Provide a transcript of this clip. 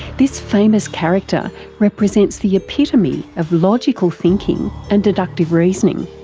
this famous character represents the epitome of logical thinking and deductive reasoning.